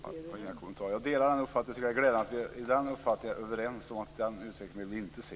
Fru talman! Det är glädjande att vi är överens om att den utvecklingen vill vi inte se.